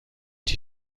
die